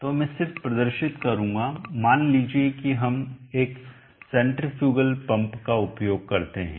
तो मैं सिर्फ प्रदर्शित करूंगा मान लीजिए कि हम एक सेंट्रीफ्यूगल पंप का उपयोग करते हैं